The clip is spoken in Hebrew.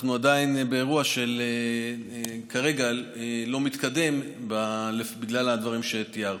אנחנו עדיין באירוע שכרגע לא מתקדם בגלל הדברים שתיארתי.